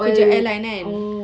oil oh